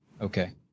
Okay